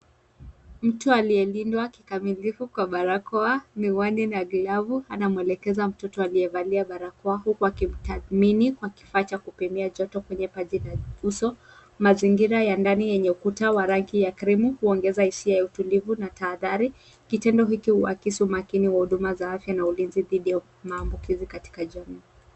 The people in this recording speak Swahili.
Mtu aliyelindwa kikamilifu kwa barakoa, miwani na glovu anamwekeleza mtoto aliyevalia barakoa huku akimtathmini kwa kifaa cha kupimia joto kwenye paji la uso. Mazingira ya ndani yenye ukuta wa rangi ya krimu huongeza hisia ya utulivu na tahadhari. Kitendo hiki huakisi umakini wa huduma za afya na ulinzi didhi ya maambukizi katika jamii.